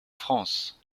france